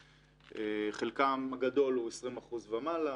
חלקם הגדול הוא 20% ומעלה,